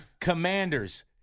commanders